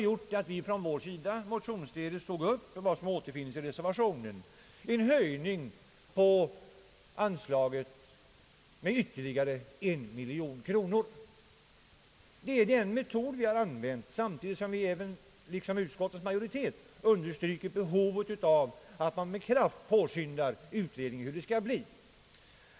Vi tog därför motionsledes upp vad som nu återfinnes i reservationen, dvs. en höjning av anslaget med ytterligare en miljon kronor. Det är den metod vi har använt, samtidigt som vi liksom utskottsmajoriteten understrukit behovet av att utredningen med kraft påskyndas.